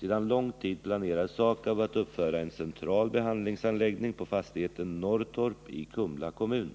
Sedan lång tid planerar SAKAB att uppföra en central behandlingsanläggning på fastigheten Norrtorp i Kumla kommun.